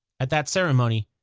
at that ceremony,